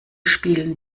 spielen